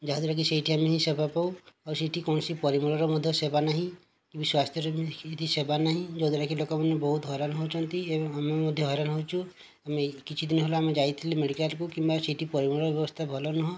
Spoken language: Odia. ଯାହାଦ୍ୱାରା କି ସେଇଠି ଆମେ ହିଁ ସେବା ପାଉ ଆଉ ସେଇଠି କୌଣସି ପରିମଳର ମଧ୍ୟ ସେବା ନାହିଁ କିନ୍ତୁ ସ୍ୱାସ୍ଥ୍ୟର ବି ସେବା ନାହିଁ ଯଦ୍ଵାରା କି ଲୋକମାନେ ବହୁତ ହଇରାଣ ହେଉଛନ୍ତି ଏବଂ ଆମେ ମଧ୍ୟ ହଇରାଣ ହେଉଛୁ ଆମେ ଏହି କିଛି ଦିନ ହେଲା ଆମେ ଯାଇଥିଲୁ ମେଡ଼ିକାଲକୁ କିମ୍ବା ସେଇଠି ପରିମଳ ବ୍ୟବସ୍ଥା ଭଲ ନୁହଁ